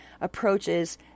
approaches